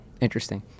Interesting